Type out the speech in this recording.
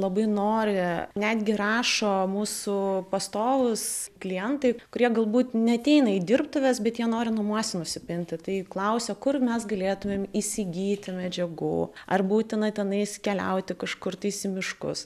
labai nori netgi rašo mūsų pastovūs klientai kurie galbūt neateina į dirbtuves bet jie nori namuose nusipinti tai klausia kur mes galėtumėm įsigyti medžiagų ar būtina tenai keliauti kažkurtais į miškus